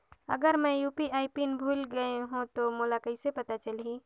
अगर मैं UPI pin भुल गये हो तो मोला कइसे पता चलही?